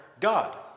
God